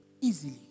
easily